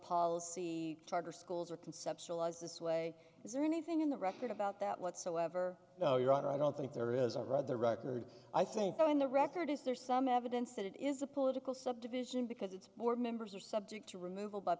policy charter schools are conceptualized this way is there anything in the record about that whatsoever no your honor i don't think there is a rather record i think on the record is there some evidence that it is a political subdivision because it's more members are subject to remov